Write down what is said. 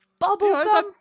Bubblegum